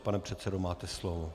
Pane předsedo, máte slovo.